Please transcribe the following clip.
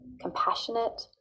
compassionate